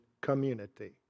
community